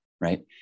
Right